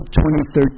2013